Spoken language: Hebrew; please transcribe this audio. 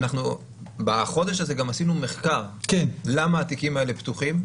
בחודש הזה עשינו מחקר למה התיקים האלה פתוחים,